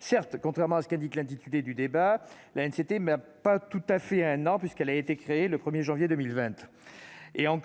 Certes, contrairement à ce qu'indique l'intitulé du débat, l'ANCT n'a pas tout à fait un an, puisqu'elle a été créée le 1 janvier 2020. Par